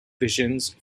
visions